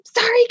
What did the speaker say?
sorry